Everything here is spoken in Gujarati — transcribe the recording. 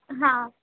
હા